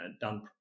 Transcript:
done